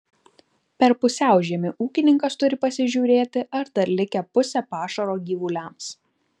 per pusiaužiemį ūkininkas turi pasižiūrėti ar dar likę pusė pašaro gyvuliams